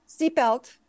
seatbelt